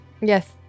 Yes